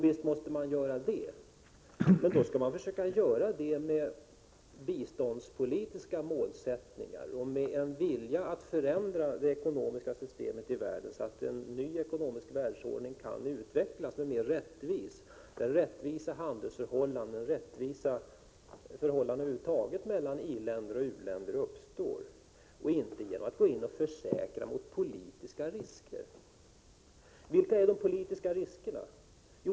Visst måste man göra det, men det måste ske genom biståndspolitiska åtgärder och med en vilja att förändra det ekonomiska systemet i världen, så att en ny och mera 45 rättvis ekonomisk världsordning kan utvecklas. Man måste sträva efter mera rättvisa handelsförhållanden och rättvisa förhållanden över huvud taget mellan i-länder och u-länder. Man skall dock inte göra det genom att försäkra mot politiska risker. Vilka är de politiska riskerna?